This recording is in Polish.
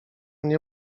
nie